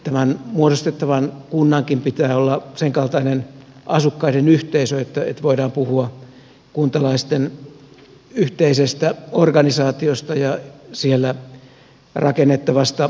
tämän muodostettavan kunnankin pitää olla sen kaltainen asukkaiden yhteisö että voidaan puhua kuntalaisten yhteisestä organisaatiosta ja siellä rakennettavasta kuntademokratiasta